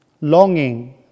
longing